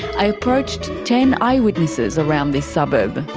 i approached ten eyewitnesses around this suburb.